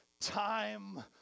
time